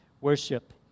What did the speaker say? worship